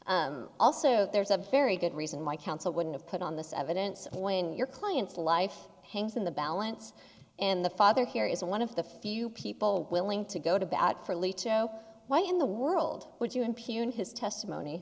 claiming also there's a very good reason why council wouldn't have put on this evidence when your client's life hangs in the balance in the father here is one of the few people willing to go to bat for alito why in the world would you impugn his testimony